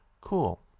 cool